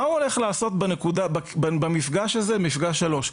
מה הוא הולך לעשות במפגש הזה, מפגש 3?